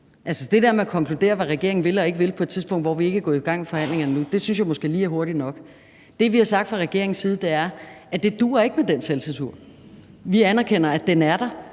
der med at konkludere, hvad regeringen vil og ikke vil, på et tidspunkt, hvor vi ikke er gået i gang med forhandlingerne endnu, synes jeg måske lige er hurtigt nok. Det, vi har sagt fra regeringens side, er, at det ikke duer med den selvcensur. Vi anerkender, at den er der,